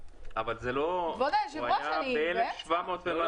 אמר "קשה באימונים קל בקרב".